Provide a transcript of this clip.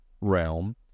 realm